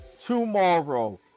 tomorrow